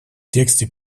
тексте